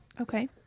okay